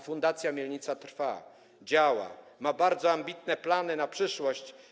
Fundacja Mielnica trwa, działa, ma bardzo ambitne plany na przyszłość.